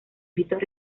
gritos